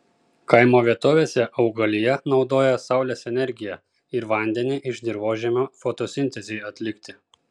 kaimo vietovėse augalija naudoja saulės energiją ir vandenį iš dirvožemio fotosintezei atlikti